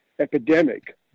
epidemic